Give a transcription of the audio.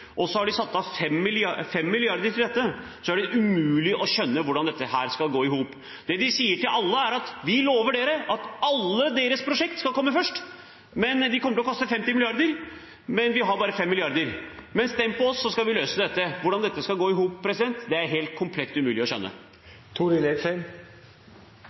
og så har satt av 5 mrd. kr til dette, er det umulig å skjønne hvordan det skal gå i hop. Det de sier til alle, er: Vi lover dere at alle deres prosjekter skal komme først. Det kommer til å koste 50 mrd. kr., vi har bare 5 mrd. kr. – men stem på oss, så skal vi løse dette. Hvordan dette skal gå i hop, er det helt komplett umulig å